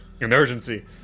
Emergency